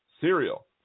cereal